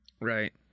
Right